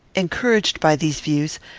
encouraged by these views,